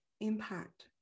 impact